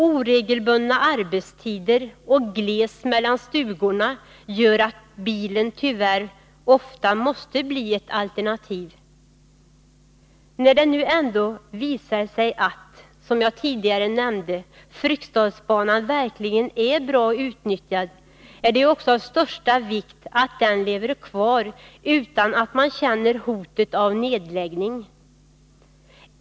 Oregelbundna arbetstider och glest mellan stugorna gör att bilen tyvärr ofta måste bli ett alternativ. När det nu ändå visar sig att, som jag nämnde tidigare, Fryksdalsbanan verkligen är bra utnyttjad, är det ju av största vikt att den lever kvar utan att man känner hotet om nedläggning.